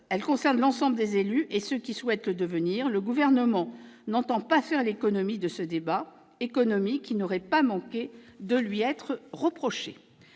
concernent l'ensemble des élus et ceux qui souhaitent le devenir, le Gouvernement n'entend pas faire l'économie de ce débat, économie qui n'aurait pas manqué de lui être reprochée.